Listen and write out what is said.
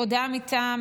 הודעה מטעם